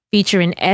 Featuring